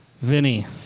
Vinny